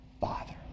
Father